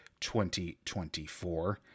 2024